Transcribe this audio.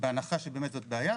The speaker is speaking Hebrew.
בהנחה שבאמת זאת בעיה,